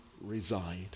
reside